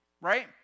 right